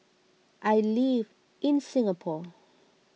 I live in Singapore